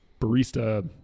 barista